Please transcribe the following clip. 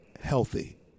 healthy